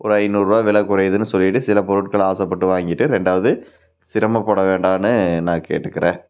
ஒரு ஐநூறுரூவா வெலை குறையுதுனு சொல்லிவிட்டு சில பொருட்களை ஆசைப்பட்டு வாங்கிவிட்டு ரெண்டாவது சிரமப்பட வேண்டாம்னு நான் கேட்டுக்கிறேன்